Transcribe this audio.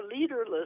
leaderless